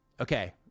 okay